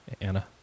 Anna